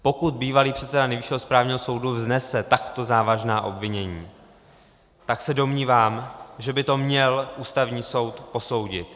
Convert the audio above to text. Pokud bývalý předseda Nejvyššího správního soudu vznese takto závažná obvinění, tak se domnívám, že by to měl Ústavní soud posoudit.